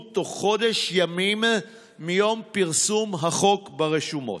בתוך חודש ימים מיום פרסום החוק ברשומות.